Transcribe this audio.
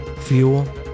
fuel